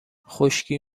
خشکی